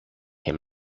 him